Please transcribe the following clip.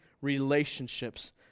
relationships